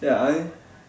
ya I mean